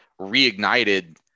reignited